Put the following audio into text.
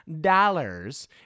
dollars